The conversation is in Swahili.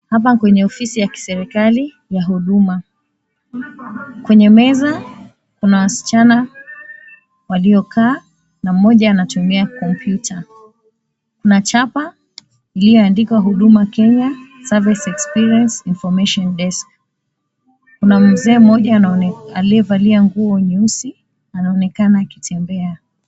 Hapa ni kwenye ofisi ya kiserekali ya huduma. Kwenye meza kuna wasichana waliokaa na mmoja anatumia komputa. Kuna chapa iliyoandikwa, "Huduma Kenya Service Experience Information Desk." Kuna mzee mmoja aliyevalia nguo nyeusi anaonekana akitembea.